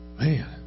man